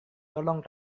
tolong